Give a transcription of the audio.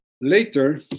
later